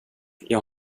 jag